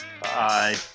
Bye